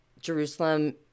Jerusalem